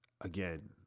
again